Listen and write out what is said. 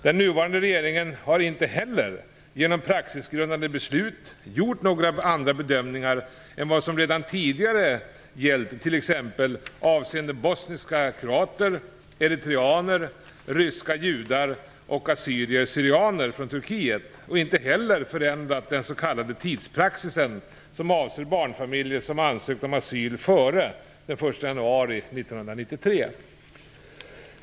Den nuvarande regeringen har inte heller genom praxisgrundande beslut gjort några andra bedömningar än vad som redan tidigare gällt t.ex. avseende bosniska kroater, eritreaner, ryska judar och assyrier/syrianer från Turkiet och inte heller förändrat den s.k. tidspraxisen, som avser barnfamiljer som ansökt om asyl före den 1 januari 1993.